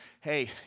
hey